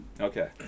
Okay